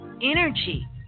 energy